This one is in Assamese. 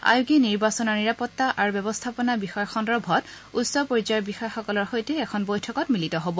আয়োগে নিৰ্বাচনৰ নিৰাপত্তা আৰু ব্যৱস্থাপনা বিষয় সন্দৰ্ভত উচ্চ পৰ্যায়ৰ বিষয়াসকলৰ সৈতে এখন বৈঠকত মিলিত হ'ব